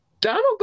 Donald